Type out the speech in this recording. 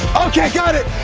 okay, got it,